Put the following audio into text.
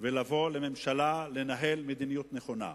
ולבוא לממשלה ולנהל מדיניות נכונה,